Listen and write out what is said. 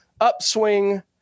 upswing